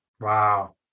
Wow